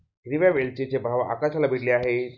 हिरव्या वेलचीचे भाव आकाशाला भिडले आहेत